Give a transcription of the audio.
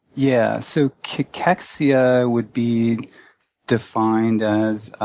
yeah, so cachexia would be defined as